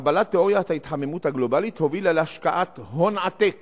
קבלת תיאוריית ההתחממות הגלובלית הובילה להשקעת הון עתק